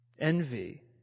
Envy